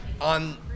on